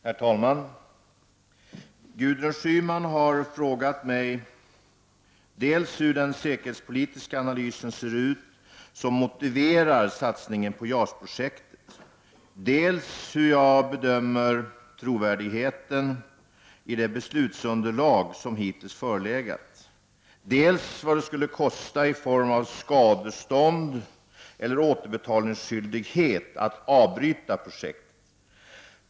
Herr talman! Gudrun Schyman har frågat mig dels hur den säkerhetspolitiska analysen ser ut som motiverar satsningen på JAS-projektet, dels hur jag bedömer trovärdigheten i de beslutsunderlag som hittills förelegat, dels vad det skulle kosta i form av skadestånd och/eller återbetalningsskyldighet att avbryta projektet.